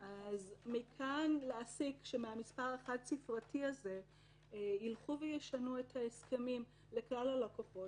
אז מכאן להסיק שמהמספר החד-ספרתי ישנה את הסכמים לכלל הלוקחות?